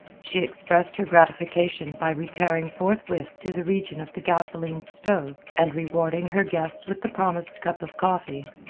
she expressed her gratification by repairing forthwith to the region of the gasoline stove and rewarding her guest with the promised cup of coffee.